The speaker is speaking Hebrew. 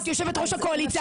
את יושבת-ראש הקואליציה.